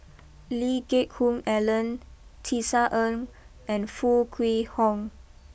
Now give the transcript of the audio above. Lee Geck Hoon Ellen Tisa Ng and Foo Kwee Horng